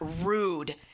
rude